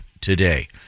today